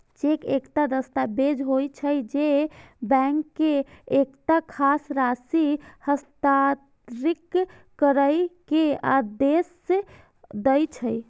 cheque एकटा दस्तावेज होइ छै, जे बैंक के एकटा खास राशि हस्तांतरित करै के आदेश दै छै